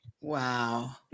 Wow